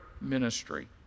ministry